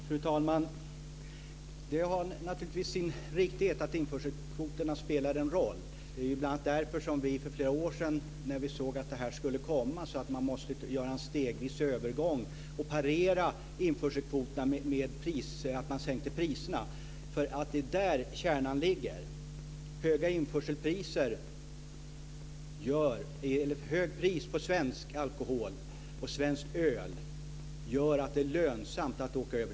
Fru talman! Det har naturligtvis sin riktighet att införselkvoterna spelar en roll. Det var ju bl.a. därför som vi för flera år sedan, när vi såg att det här skulle komma, sade att vi måste göra en stegvis övergång och parera införselkvoterna med prissänkningarna. Det är nämligen däri kärnan ligger. Högt pris på svensk alkohol och svenskt öl gör att det är lönsamt att åka över till Danmark.